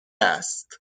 است